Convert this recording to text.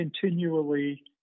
continually